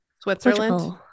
Switzerland